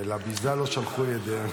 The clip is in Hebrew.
ולביזה לא שלחו ידיהם.